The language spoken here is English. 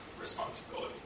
responsibility